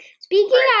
Speaking